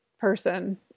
person